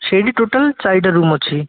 ସେଇଠି ଟୋଟାଲ୍ ଚାରିଟା ରୁମ୍ ଅଛି